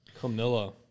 Camilla